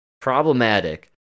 problematic